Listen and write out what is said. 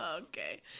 Okay